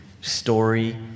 story